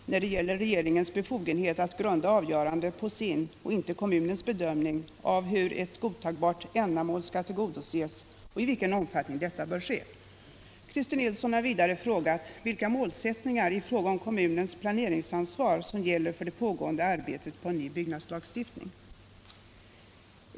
Herr talman! Christer Nilsson har frågat om jag är beredd att lämna en redogörelse för regeringens praxis i ärenden om tillstånd till förköp när det gäller regeringens befogenhet att grunda avgörandet på sin och inte kommunens bedömning av hur ett godtagbart ändamål skall tillgodoses och i vilken omfattning detta bör ske. Christer Nilsson har vidare frågat vilka målsättningar i fråga om kommunens planeringsansvar som gäller för det pågående arbetet på en ny byggnadslagstiftning.